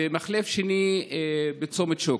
ומחלף שני בצומת שוקת.